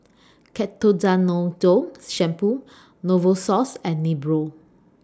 Ketoconazole Shampoo Novosource and Nepro